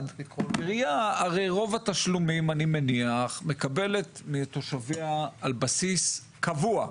אני מניח שהעירייה את רוב התשלומים מקבלת מתושביה על בסיס קבוע,